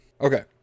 Okay